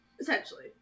Essentially